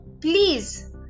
Please